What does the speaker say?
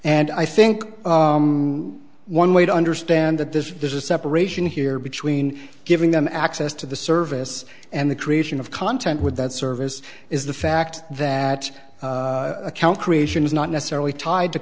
and i think one way to understand that this is there's a separation here between giving them access to the service and the creation of content with that service is the fact that account creation is not necessarily tied to